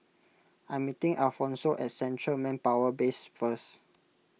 I am meeting Alphonso at Central Manpower Base First